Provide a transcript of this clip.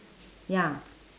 ya